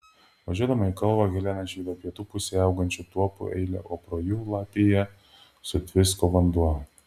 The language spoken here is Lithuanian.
važiuodama į kalvą helena išvydo pietų pusėje augančių tuopų eilę o pro jų lapiją sutvisko vanduo